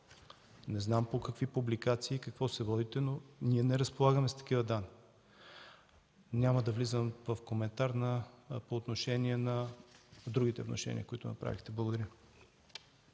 Не знам по какви публикации и по какво се водите, но ние не разполагаме с такива данни. Няма да влизам в коментар по отношение на другите внушения, които направихте. Благодаря.